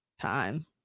time